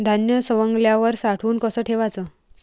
धान्य सवंगल्यावर साठवून कस ठेवाच?